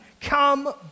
come